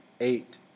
eight